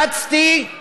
התייעצתי